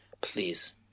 please